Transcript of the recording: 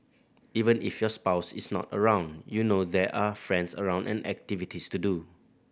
even if your spouse is not around you know there are friends around and activities to do